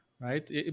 right